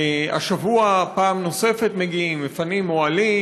השבוע הגיעו פעם נוספת, פינו אוהלים,